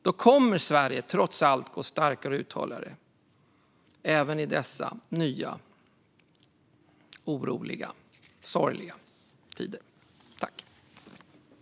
Då kommer Sverige trots allt att gå starkare och uthålligare även ur dessa nya oroliga och sorgliga tider.